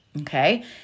Okay